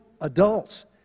adults